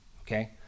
Okay